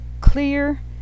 clear